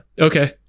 Okay